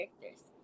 characters